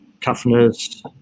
Toughness